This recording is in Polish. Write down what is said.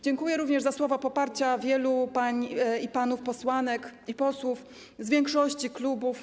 Dziękuję również za słowa poparcia wielu pań i panów posłanek i posłów z większości klubów.